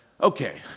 Okay